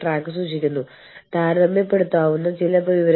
തൊഴിൽ സുരക്ഷയും ആരോഗ്യവും സംബന്ധിച്ച അടിസ്ഥാന തത്വങ്ങൾ